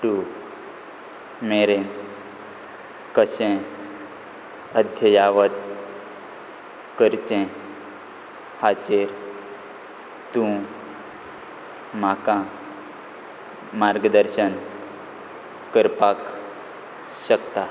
two मेरेन कशें अध्ययावत करचें हाचेर तूं म्हाका मार्गदर्शन करपाक शकता